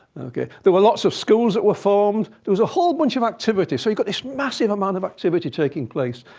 there were lots of schools that were formed. there was a whole bunch of activity. so you've got this massive amount of activity taking place,